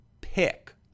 pick